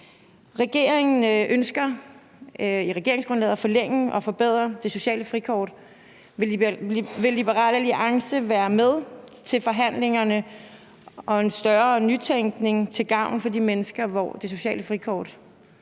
Regeringen ønsker i regeringsgrundlaget at forlænge og forbedre det sociale frikort. Vil Liberal Alliance være med til forhandlingerne og være med til en større nytænkning til gavn for de mennesker, hvor det sociale frikort